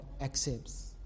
accepts